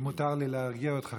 אם מותר לי להרגיע אותך,